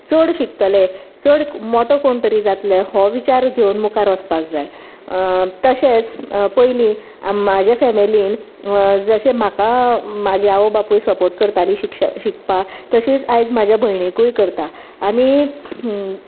चड शिकतले चड मोटो कोण तरी जातले हो विचार घेवन मुखार वचपाक जाय तशेंच पयलीं म्हज्या फॅमिलीन जशें म्हाका म्हजी आवय बापूय सपोर्ट करताली शिक्ष शिकपाक तशींच आयज म्हज्या भयणीकूय करता आनी